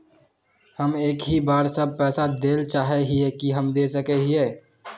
हम एक ही बार सब पैसा देल चाहे हिये की हम दे सके हीये?